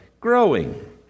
growing